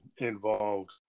involved